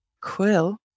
quill